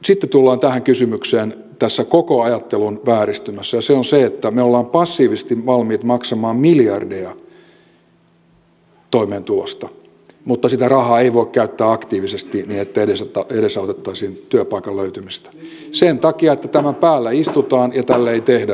sitten tullaan tähän kysymykseen tässä koko ajattelun vääristymässä ja se on se että me olemme passiivisesti valmiit maksamaan miljardeja toimeentulosta mutta sitä rahaa ei voi käyttää aktiivisesti niin että edesautettaisiin työpaikan löytymistä sen takia että tämän päällä istutaan ja tälle ei tehdä yhtään mitään